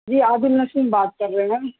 جی عادل نسیم بات کر رہے ہیں ہم